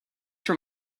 from